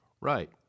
Right